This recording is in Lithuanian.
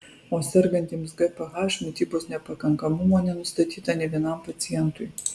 o sergantiems gph mitybos nepakankamumo nenustatyta nė vienam pacientui